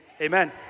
Amen